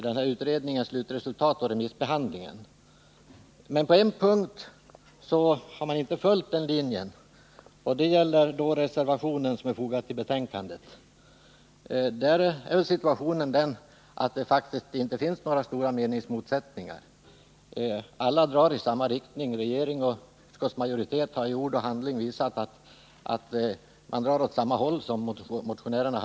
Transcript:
Det har utgjort ett tillräckligt skäl för att avvisa motionsyrkandena. På en punkt har man emellertid inte följt den linjen, nämligen när det gäller den reservation som är fogad till betänkandet. Faktum är att det i den aktuella frågan inte föreligger några större meningsmotsättningar. Regering och utskottsmajoritet har i ord och handling visat att man så att säga drar åt samma håll som motionärerna.